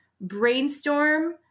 brainstorm